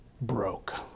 broke